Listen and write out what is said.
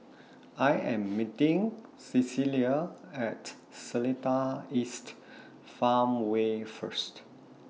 I Am meeting Cecilia At Seletar East Farmway First